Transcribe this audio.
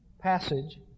passage